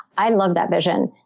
i love that vision.